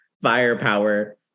firepower